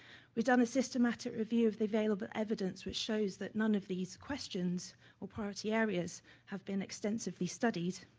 we've done a systematic review of available evidence which shows that none of these questions are priority areas have been ebs tensively studied.